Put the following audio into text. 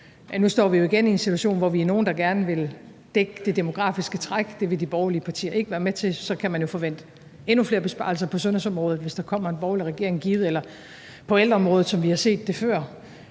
Nu står vi jo igen i en situation, hvor vi er nogle, der gerne vil dække det demografiske træk. Det vil de borgerlige partier ikke være med til. Så kan man jo forvente endnu flere besparelser på sundhedsområdet, hvis der kommer en borgerlig regering, eller på ældreområdet, som vi har set det før.